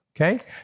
okay